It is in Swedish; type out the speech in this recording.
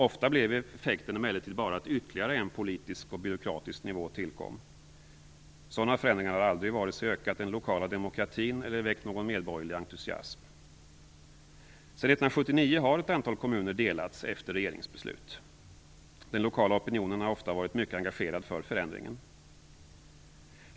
Ofta blev effekten emellertid bara att ytterligare en politisk och byråkratisk nivå tillkom. Sådana förändringar har aldrig vare sig ökat den lokala demokratin eller väckt någon medborgerlig entusiasm. Sedan 1979 har ett antal kommuner delats efter regeringsbeslut. Den lokala opinionen har ofta varit mycket engagerad för förändringen.